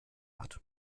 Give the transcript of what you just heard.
hat